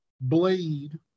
Blade